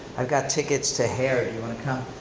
i've got tickets to hair, do you wanna come?